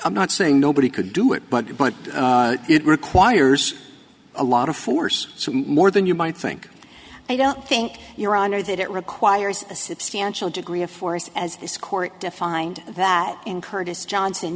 i'm not saying nobody could do it but but it requires a lot of force more than you might think i don't think your honor that it requires a substantial degree of force as this court defined that in curtis johnson